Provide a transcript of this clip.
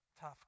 Tough